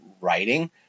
writing